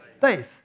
faith